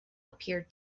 appeared